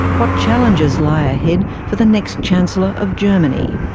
what challenges lie ahead for the next chancellor of germany?